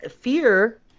fear